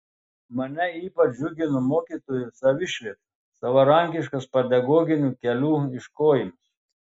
mane ypač džiugino mokytojų savišvieta savarankiškas pedagoginių kelių ieškojimas